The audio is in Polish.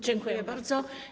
Dziękuję bardzo.